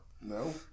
No